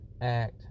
act